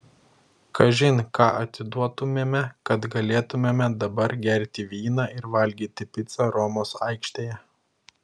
kažin ką atiduotumėme kad galėtumėme dabar gerti vyną ir valgyti picą romos aikštėje